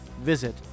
Visit